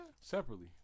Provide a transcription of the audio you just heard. Separately